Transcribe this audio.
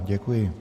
Děkuji.